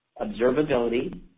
Observability